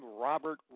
Robert